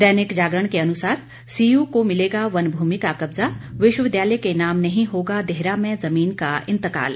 दैनिक जागरण के अनुसार सीयू को मिलेगा वन भूमि का कब्जा विश्वविद्यालय के नाम नहीं होगा देहरा में जमीन का इंतकाल